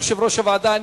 יושב-ראש הוועדה,